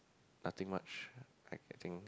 nothing much I I think